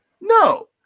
No